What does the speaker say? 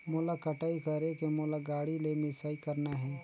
मोला कटाई करेके मोला गाड़ी ले मिसाई करना हे?